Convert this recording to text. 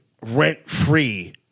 rent-free